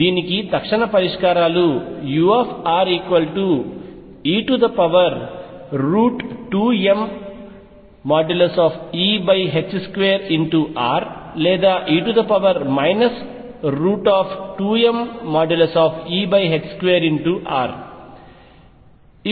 దీనికి తక్షణ పరిష్కారాలు ure2mE2r లేదా e 2mE2r